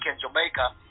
jamaica